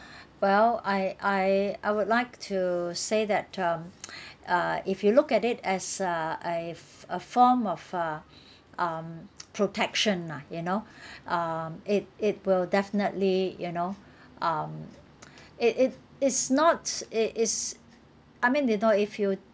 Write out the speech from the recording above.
well I I I would like to say that um uh if you look at it as a if a form of uh um protection ah you know um it it will definitely you know um it it is not it is I mean you know if you